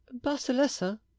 Basilessa